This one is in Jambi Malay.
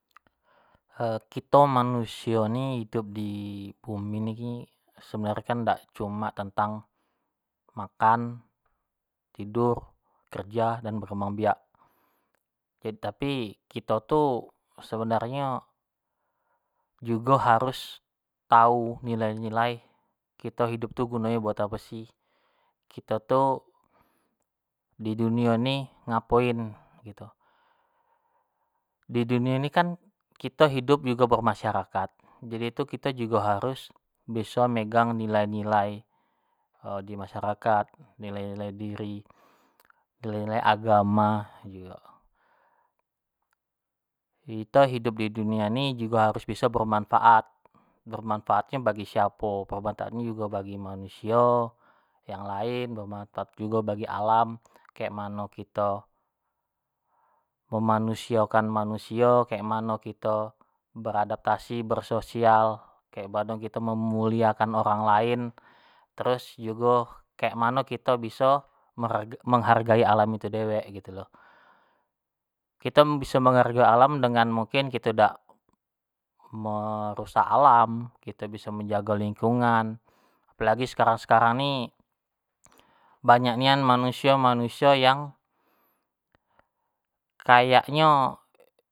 kito manusio ni hidup di bumi ni sebenarnyo kan dak cumin tentang, makan, tidur, kerja dan berkembang biak, jadi kito tu sebenarnyo jugo harus tau nila-nilai kito hidup tu gunonyo buat apo sih, kito tu di dunio ini ngapoin gitu, di dunio ini kan kito hidup jugo bermasyarakat, jadi tu kito jugo harus biso megang nilai-nilai di masyarakat, nilai-nilai diri, nilai-nilai agama jugo, kito hidup di dunia ini jugo harus biso bermanfaat, bermanfaat bagi siapo, bermanfaat nyo jugo bagi manusio yang lain, bermanfaat jugo bagi alam, kek mano kito memanusiokan manusio, kek mano kito beradapatsi, bersosial, kek mano kito memuliakan orang lain terus jugo kek mano kito biso menghargai alam itu dewek git lo, kito biso menghargai alam dengan mungkin kito dak merusak alam, kito biso menjago lingkungan, apolagi sekarang-sekarang ni banyak nian manuiso-manusio yang kayak nyo.